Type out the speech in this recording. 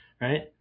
Right